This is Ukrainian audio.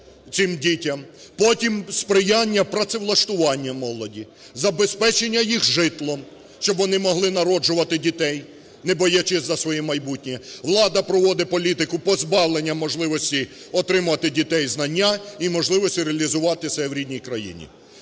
потім сприяння працевлаштування молоді, забезпечення їх житлом, щоб вони могли народжувати дітей, не боячись за своє майбутнє, влада проводе політику позбавлення можливості отримувати дітей знання і можливості реалізуватися в рідній країні.